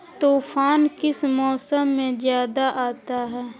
तूफ़ान किस मौसम में ज्यादा आता है?